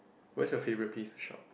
what is your favorite peace shop